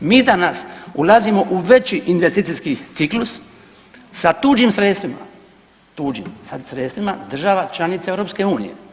Mi danas ulazimo u veći investicijski ciklus sa tuđim sredstvima, tuđim sad sredstvima država članica EU.